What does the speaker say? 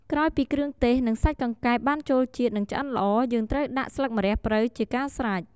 ក្រោយពីគ្រឿងទេស និងសាច់កង្កែបបានចូលជាតិ និងឆ្អិនល្អ យើងត្រូវដាក់ ស្លឹកម្រះព្រៅជាការស្រេច។